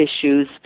issues